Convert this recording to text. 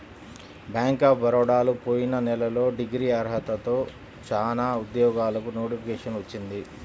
bank of బరోడాలో పోయిన నెలలో డిగ్రీ అర్హతతో చానా ఉద్యోగాలకు నోటిఫికేషన్ వచ్చింది